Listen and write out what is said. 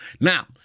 Now